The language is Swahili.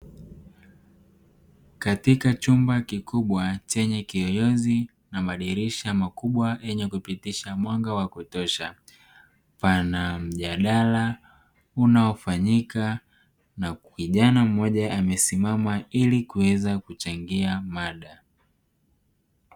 Katika chumba kikubwa chenye kiyoyozi na madirisha makubwa yenye kupitisha mwanga wa kutosha, Pana mjadala unaofanyika na kijana mmoja amesimama ili kuweza kuchangia mada.